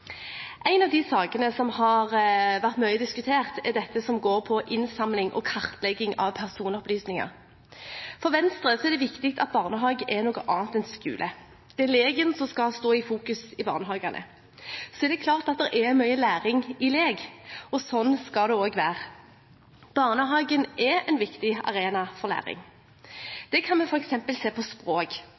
En av de sakene som har vært mye diskutert, er det som går på innsamling og kartlegging av personopplysninger. For Venstre er det viktig at barnehagen er noe annet enn skole. Det er leken som skal stå i fokus i barnehagene. Så er det klart at det er mye læring i lek, og slik skal det også være. Barnehagen er en viktig arena for læring. Det kan vi f.eks. se på språk.